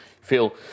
feel